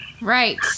Right